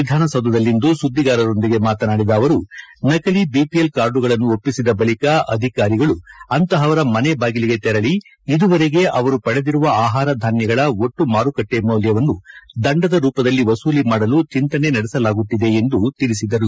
ಬೆಂಗಳೂರಿನಲ್ಲಿಂದು ಸುದ್ದಿಗಾರರೊಂದಿಗೆ ಮಾತನಾಡಿದ ಅವರು ನಕಲಿ ಬಿಪಿಎಲ್ ಕಾರ್ಡುಗಳನ್ನು ಒಪ್ಪಿಸಿದ ಬಳಿಕ ಅಧಿಕಾರಿಗಳು ಅಂತಹವರ ಮನೆ ಬಾಗಿಲಿಗೆ ತೆರಳಿ ಇದುವರೆಗೆ ಅವರು ಪಡೆದಿರುವ ಆಹಾರ ಧಾನ್ಯಗಳ ಒಟ್ಟು ಮಾರುಕಟ್ಟೆ ಮೌಲ್ಯವನ್ನು ದಂಡದ ರೂಪದಲ್ಲಿ ವಸೂಲಿ ಮಾಡಲು ಚಿಂತನೆ ನಡೆಸಲಾಗುತ್ತಿದೆ ಎಂದು ತಿಳಿಸಿದರು